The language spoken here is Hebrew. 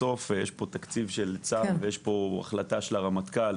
בסוף יש פה תקציב של צה"ל ויש פה החלטה של הרמטכ"ל,